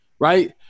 right